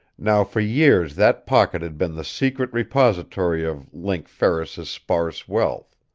now for years that pocket had been the secret repository of link ferris's sparse wealth.